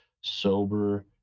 sober